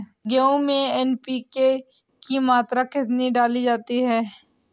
गेहूँ में एन.पी.के की मात्रा कितनी डाली जाती है?